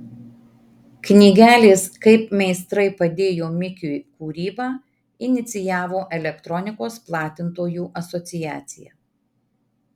knygelės kaip meistrai padėjo mikiui kūrybą inicijavo elektronikos platintojų asociacija